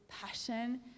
Passion